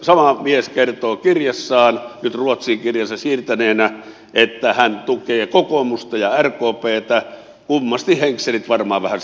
sama mies kertoo kirjassaan nyt ruotsiin kirjansa siirtäneenä että hän tukee kokoomusta ja rkptä kummasti henkselit varmaan vähän sekaisin